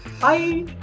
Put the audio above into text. Bye